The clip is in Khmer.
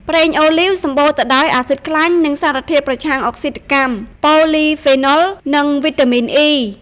ប្រេងអូលីវ សម្បូរទៅដោយអាស៊ីដខ្លាញ់ និងសារធាតុប្រឆាំងអុកស៊ីតកម្ម ប៉ូលីហ្វេណុល (Polyphenols) និង វីតាមីន អុី (E)។